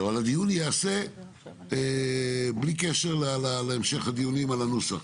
אבל הדיון ייעשה בלי קשר להמשך הדיונים על הנוסח,